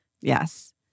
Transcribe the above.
Yes